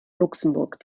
luxemburg